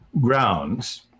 grounds